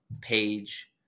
page